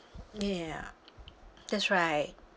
ya that's right